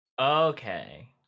Okay